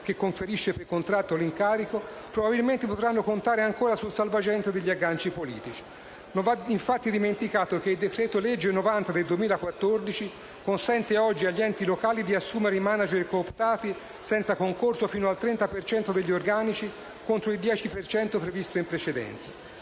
che conferisce per contratto l'incarico dirigenziale, probabilmente potranno contare ancora sul salvagente degli agganci politici. Non va infatti dimenticato che il decreto-legge n. 90 del 2014 consente oggi agli enti locali di assumere *manager* cooptati senza concorso fino al 30 per cento degli organici, contro il 10 per cento previsto in precedenza.